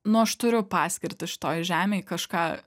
nu aš turiu paskirtį šitoj žemėj kažką